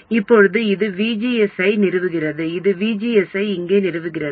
இப்போது இது VGS ஐ நிறுவுகிறது இது VGS ஐ இங்கே நிறுவுகிறது